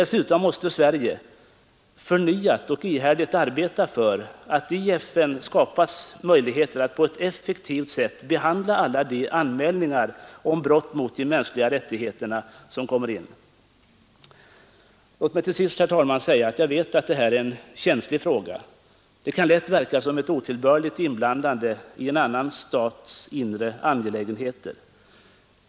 Sverige måste förnyat och ihärdigt arbeta för att det i FN skapas möjligheter att på ett effektivt sätt behandla alla de anmälningar som görs om brott mot de mänskliga rättigheterna. Låt mig till sist, herr talman, säga att jag vet att detta är en känslig fråga, som lätt kan verka som ett otillbörligt inblandande i en annan stats inre angelägenheter.